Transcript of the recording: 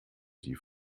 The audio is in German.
die